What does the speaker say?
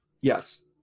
Yes